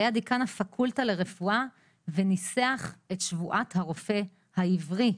היה דיקן הפקולטה לרפואה וניסח את שבועת הרופא העברי.